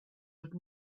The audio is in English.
would